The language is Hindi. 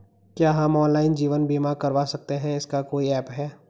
क्या हम ऑनलाइन जीवन बीमा करवा सकते हैं इसका कोई ऐप है?